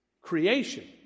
Creation